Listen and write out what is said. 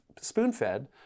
spoon-fed